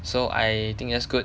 so I think that's good